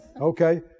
Okay